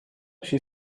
she